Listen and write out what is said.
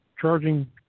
charging